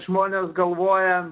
žmonės galvoja